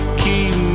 keep